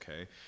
okay